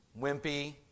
wimpy